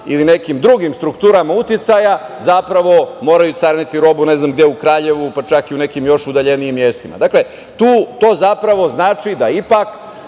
ili nekim drugim strukturama uticaja, moraju cariniti robu, ne znam gde, u Kraljevu, pa čak i u nekim još udaljenijim mestima. Dakle, to zapravo znači da ipak